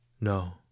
No